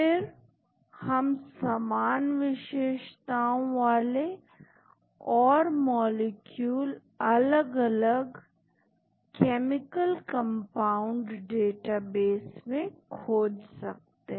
फिर हम समान विशेषताओं वाले और मॉलिक्यूल अलग अलग केमिकल कंपाउंड डेटाबेस में खोज सकते हैं